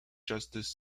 justice